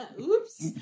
Oops